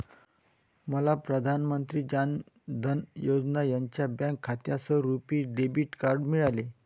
मला प्रधान मंत्री जान धन योजना यांच्या बँक खात्यासह रुपी डेबिट कार्ड मिळाले